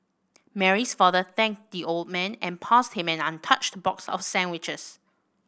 Mary's father thanked the old man and passed him an untouched box of sandwiches